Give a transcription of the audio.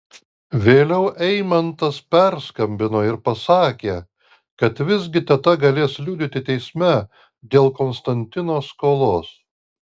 vėliau eimantas perskambino ir pasakė kad visgi teta galės liudyti teisme dėl konstantino skolos